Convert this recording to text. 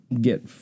get